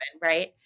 Right